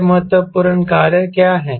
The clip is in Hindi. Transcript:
वे महत्वपूर्ण कार्य क्या हैं